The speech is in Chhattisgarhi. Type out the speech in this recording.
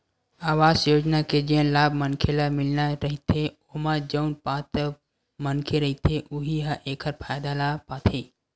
अवास योजना के जेन लाभ मनखे ल मिलना रहिथे ओमा जउन पात्र मनखे रहिथे उहीं ह एखर फायदा ल पाथे